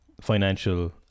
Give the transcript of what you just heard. financial